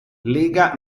lega